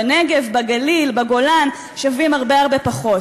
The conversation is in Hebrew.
בנגב, בגליל, בגולן, שווים הרבה הרבה פחות.